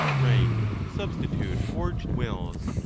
right to substitute forged wills,